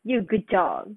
you good job